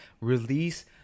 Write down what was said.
release